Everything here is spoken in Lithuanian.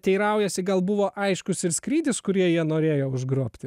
teiraujasi gal buvo aiškus ir skrydis kurį jie norėjo užgrobti